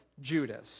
Judas